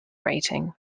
rating